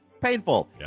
painful